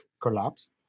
collapsed